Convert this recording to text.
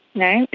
know?